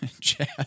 Jazz